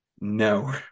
no